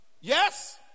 yes